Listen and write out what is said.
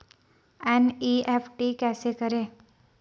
NEFT कैसे करें?